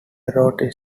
wrote